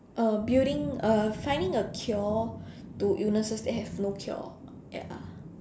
uh building a finding a cure to illnesses that have no cure ya